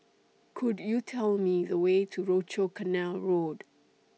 Could YOU Tell Me The Way to Rochor Canal Road